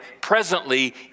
presently